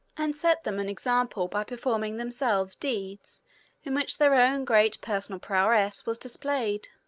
and set them an example by performing themselves deeds in which their own great personal prowess was displayed.